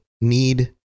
need